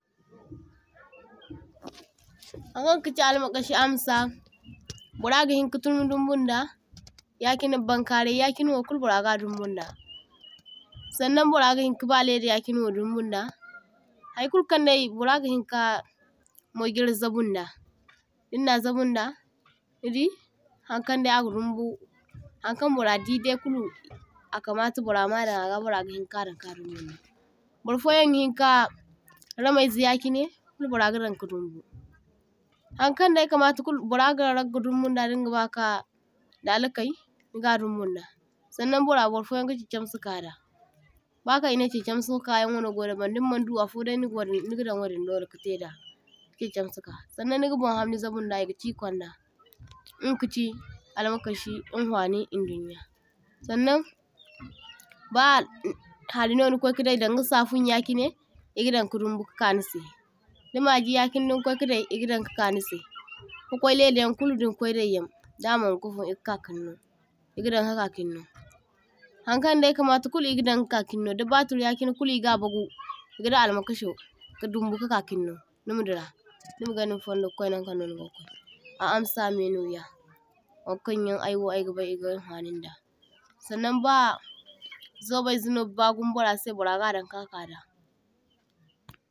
toh – toh Haŋ kaŋ kachi almakashi amsa bora gahinka turmi dumbunda yachine baŋkarai yachine wo kulu bora ga dumbunda. Saŋ naŋ bora gahinka ba leda yachine wo dumbunda, hay kulkaŋ dai bora gahinka mojirai zabunda, dinna zabunda nidi haŋ kaŋ dai aga dumbu Haŋ kaŋ bora didai kulu akamata bora ma’daŋ aga bora gahinkadaŋ ka dumbunda. Borfoyaŋ gihinka ramayzai yachine kulu bora gadaŋ ka dumbu, Haŋ kaŋ dai kamata kulu bora ga ragga dumbunda dingabaka dalakai niga dumbunda. Saŋnaŋ burra burfoyaŋ ga chaichamsi kada, bakaŋ e nai chaichasi kayaŋwano godabaŋ dimmaŋ du afodai niga wadin nidadaŋ wadin dole kataida ka chaichamsika, saŋnaŋ niga bonhamni zabunda ega chikonda inga kachi almakashi hinfani e dunya. Saŋnaŋ ba harrino nikwaikaday saŋda safunyaŋ yachinai egadan ka dumbu ka nise da maji yachine dinkwaikadai egadaŋ ka kaŋise kakwai laidayaŋ kulu dinkwai daiyaŋ da maŋ gu kafun ega kakinno, egadaŋ ka kakinno haŋkaŋdai kamata kulu egadaŋ kakinno da baturyaŋ yachine kulu ega bagu, egadaŋ almakasho ka dumbo ka kakinno nima dira nima gaŋa ni fundo kwainaŋ kan no nigo kwai, a amsa menoya, waŋkaŋyaŋ aywo ay gabai ega haŋfaŋun da, sanŋaŋ ba zobaizaino bagumo burrasai burra gadaŋ ka kada.